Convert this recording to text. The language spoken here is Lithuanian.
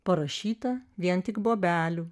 parašyta vien tik bobelių